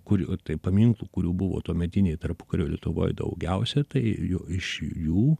kurių tai paminklų kurių buvo tuometinėj tarpukario lietuvoj daugiausiai tai jo iš jų